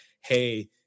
hey